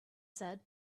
said